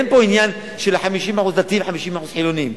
אין פה עניין של 50% דתיים ו-50% חילונים.